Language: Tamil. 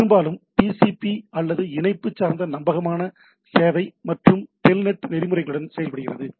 பெரும்பாலும் TCP அல்லது இணைப்பு சார்ந்த நம்பகமான சேவை மற்றும் டெல்நெட் நெறிமுறையுடன் செயல்படுகிறது